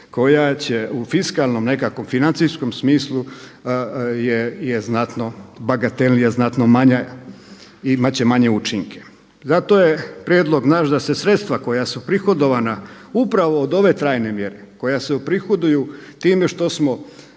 koja će u fiskalnom, nekakvom financijskom smislu je znatno bagatelnija, znatno manja, imat će manje učinke. Zato je prijedlog naš da se sredstva koja su prihodovana upravo od ove trajne mjere koja se uprihoduju time što smo